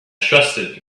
trusted